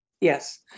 Yes